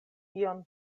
ion